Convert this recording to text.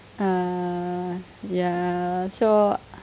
uh ya so